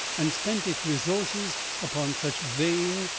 and spent its resources upon such vain,